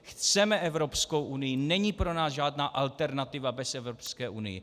Chceme Evropskou unii, není pro nás žádná alternativa bez Evropské unie.